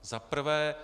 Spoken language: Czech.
Za prvé.